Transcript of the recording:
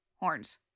horns